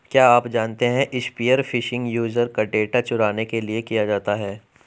क्या आप जानते है स्पीयर फिशिंग यूजर का डेटा चुराने के लिए किया जाता है?